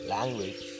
Language